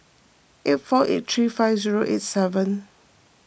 eight four eight three five zero eight seven